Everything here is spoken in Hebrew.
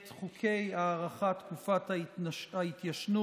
את חוקי הארכת תקופת ההתיישנות,